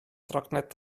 trocknet